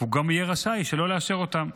הוא גם יהיה רשאי שלא לאשר אותן.